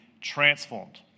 transformed